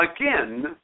again